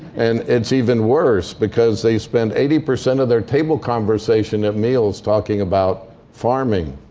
and it's even worse because they spend eighty percent of their table conversation at meals talking about farming.